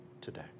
today